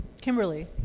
kimberly